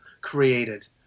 created